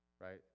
right